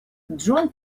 джон